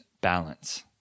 balance